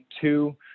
two